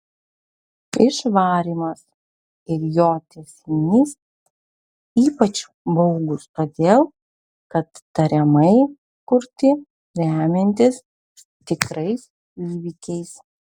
išvarymas ir jo tęsinys ypač baugūs todėl kad tariamai kurti remiantis tikrais įvykiais